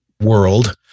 world